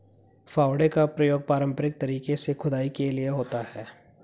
फावड़े का प्रयोग पारंपरिक तरीके से खुदाई के लिए होता है